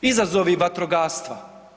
Izazovi vatrogastva.